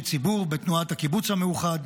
אנשי ציבור בתנועת הקיבוץ המאוחד,